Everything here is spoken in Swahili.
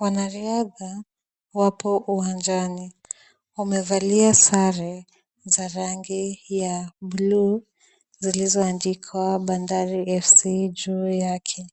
Wanariadha wapo uwanjani, wamevalia sare za rangi ya bluu zilizoandikwa Bandari FC juu yake.